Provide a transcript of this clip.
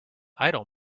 idle